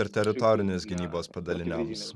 ir teritorinės gynybos padaliniams